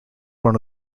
one